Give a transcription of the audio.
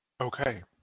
Okay